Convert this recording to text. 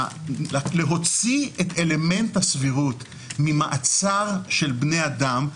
להוציא את אלמנט הסבירות ממעצר של בני אדם,